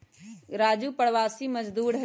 राजू प्रवासी मजदूर हई